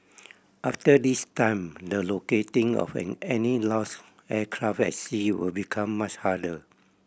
after this time the locating of an any lost aircraft at sea will become much harder